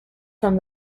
from